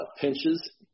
pinches